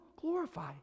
glorify